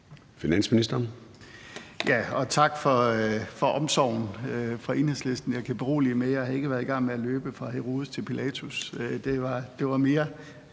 Tak for omsorgen fra Enhedslistens side. Jeg kan berolige med, at jeg ikke har været i gang med at løbe fra Herodes til Pilatus;